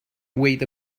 wait